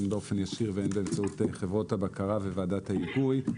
הן באופן ישיר והן באמצעות חברות הבקרה וועדת ההיגוי,